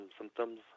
symptoms